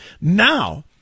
Now